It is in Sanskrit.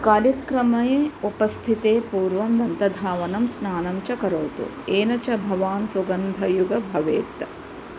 कार्यक्रमे उपस्थितेः पूर्वं दन्तधावनं स्नानं च करोतु येन च भवान् सुगन्धयुगः भवेत्